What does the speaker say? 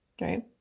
Right